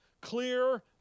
clear